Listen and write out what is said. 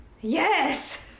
Yes